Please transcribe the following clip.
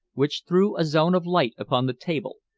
which threw a zone of light upon the table,